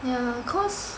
ya cause